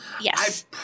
Yes